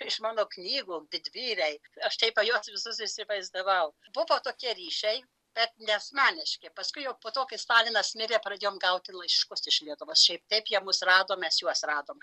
iš mano knygų didvyriai aš taip juos visus įsivaizdavau buvo tokie ryšiai bet ne asmeniški paskui jau po to kai stalinas mirė pradėjome gauti laiškus iš lietuvos šiaip taip jie mus rado mes juos radom